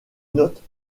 notes